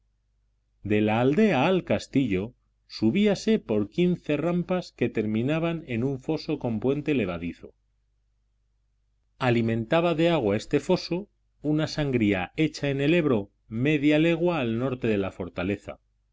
de la aldea al castillo subíase por quince rampas que terminaban en un foso con puente levadizo alimentaba de agua este foso una sangría hecha en el ebro media legua al norte de la fortaleza